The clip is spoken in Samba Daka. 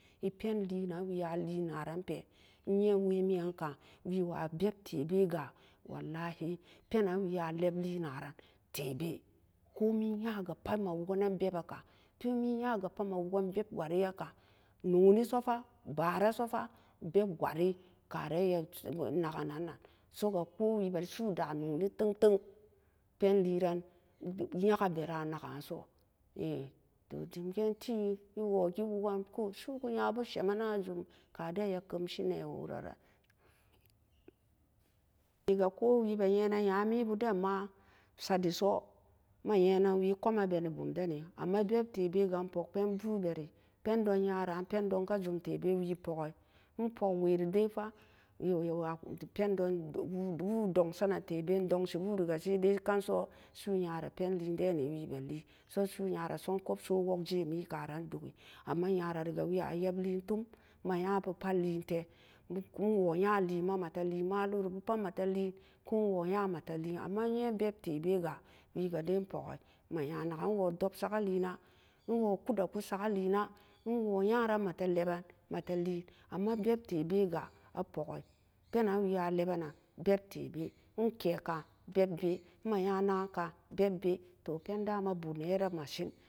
E pen lee nan wee lee naran pee e yeen weemi'an kan we wa bebtebe ga wallahi pen nan we a lep lee na ran ma tee bee komee nyaga pat e ma woken tebee komiya ga pat wukénen beb bee kan a wokenne beb wari a kan noni so fa baura so fa beb wari karan e ma naken nan-nan suli da noni taan penleran nya ka beeran ma naka so toh dem ga'an tee su'uku nyabu semen na jum ka ma keuse ko wee bee nyanen nyamii den ma e ma yee nen beb dee bee ga e ma nya ra pen den ka tee bee wee ga a pok pen boo beri pen don teebe we poki a dong senan tebe a dong si wururi ga penleen dan wee ma lee su'u nyara soo a kup soo wok jee mi an ga sai dokari amma nyarari ga wee ma yab lee toom ma ya bu pat lee taa a woo nya lee pat a te lee malori bu pat ma tee lee amma e nya yan tee bee ga wee ga dai e boki, e woo dop saki leen, a ma kudaku sakiipe na a woo nya ma ma te leben a tee lee amma beb tebega pennan wee a leben nan beb tee bee e pee kan beb tebe e ma naken. kan beb be toh pen da ma boo nee ree masen.